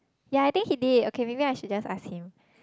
ya I think he did okay maybe I should just ask him